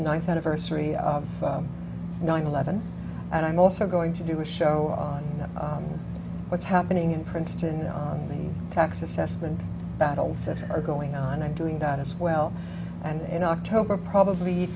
ninth anniversary of nine eleven and i'm also going to do a show on what's happening in princeton you know tax assessment battles that are going on and doing that as well and in october probably